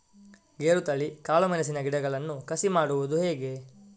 ಗೇರುತಳಿ, ಕಾಳು ಮೆಣಸಿನ ಗಿಡಗಳನ್ನು ಕಸಿ ಮಾಡುವುದು ಹೇಗೆ?